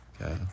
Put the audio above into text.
Okay